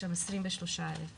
יש שם 23,000 ילדים.